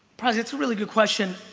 prize it's a really good question.